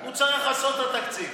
הוא צריך לעשות את התקציב.